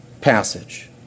passage